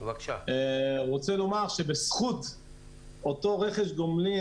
אני רוצה לומר שבזכות רכש הגומלין,